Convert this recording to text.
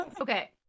Okay